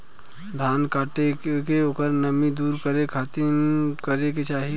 धान कांटेके ओकर नमी दूर करे खाती का करे के चाही?